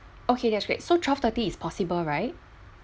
okay that's great so twelve thirty is possible right